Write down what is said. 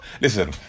listen